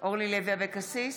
אורלי לוי אבקסיס,